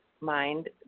mind